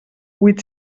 huit